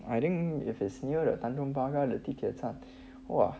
I think if it's near the tanjong pagar 地铁站 !wah!